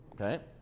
okay